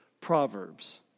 Proverbs